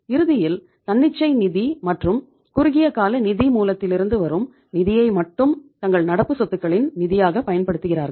இறுதியில் தன்னிச்சை நிதி மற்றும் குறுகிய கால நிதி மூலத்திலிருந்து வரும் நிதியை மட்டும் தங்கள் நடப்பு சொத்துக்களின் நிதியாக பயன்படுத்துகிறார்கள்